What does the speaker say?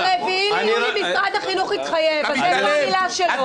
ב-4 ביולי משרד החינוך התחייב --- מילה שלו.